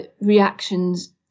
reactions